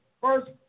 first